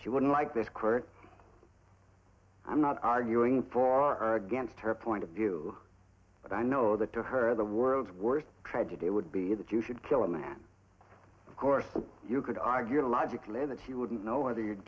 she would like this correct i'm not arguing for or against her point of view but i know that to her the world's worst tragedy would be that you should kill a man of course you could i get a logically that she wouldn't know whether you'